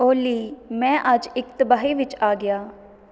ਓਲੀ ਮੈਂ ਅੱਜ ਇੱਕ ਤਬਾਹੀ ਵਿੱਚ ਆ ਗਿਆ